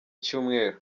cyumweru